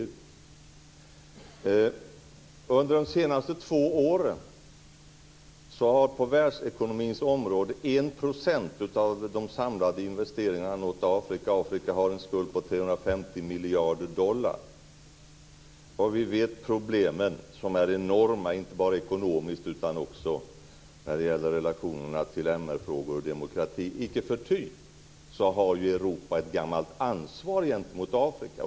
Under de senaste två åren har på världsekonomins område 1 % av de samlade investeringarna nått Afrika, och Afrika har en skuld på 350 miljarder dollar. Vi känner till problemen som är enorma, inte bara ekonomiskt utan också när det gäller relationerna till MR-frågor och demokrati. Icke förty har ju Europa ett gammalt ansvar gentemot Afrika.